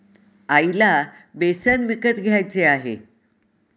आईला बेसन विकत घ्यायचे आहे